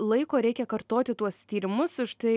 laiko reikia kartoti tuos tyrimus užtai